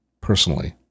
personally